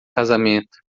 casamento